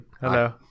Hello